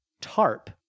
tarp